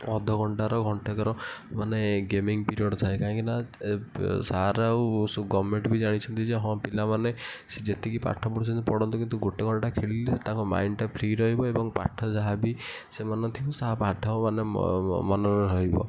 ଅଧ ଘଣ୍ଟାର ଘଣ୍ଟାକର ମାନେ ଗେମିଂ ପିରିୟଡ଼ ଥାଏ କାହିଁକିନା ସାର୍ ଆଉ ଗଭର୍ଣ୍ଣମେଣ୍ଟ ବି ଜାଣିଛନ୍ତି ଯେ ହଁ ପିଲାମାନେ ସେ ଯେତିକି ପାଠ ପଢୁଛନ୍ତି ପଢ଼ନ୍ତୁ କିନ୍ତୁ ଗୋଟେ ଘଣ୍ଟା ଖେଳିଲେ ତାଙ୍କ ମାଇଣ୍ଡଟା ଫ୍ରି ରହିବ ଏବଂ ପାଠ ଯାହାବି ସେମାନେ ପାଠ ମାନେ ମନରେ ରହିବ